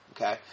Okay